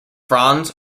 franz